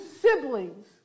siblings